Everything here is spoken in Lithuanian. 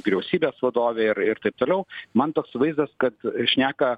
vyriausybės vadovė ir ir taip toliau man toks vaizdas kad šneka